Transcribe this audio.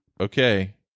okay